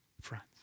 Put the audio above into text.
friends